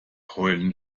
heulen